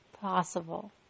possible